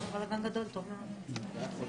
בואי.